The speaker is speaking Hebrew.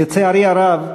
לצערי הרב,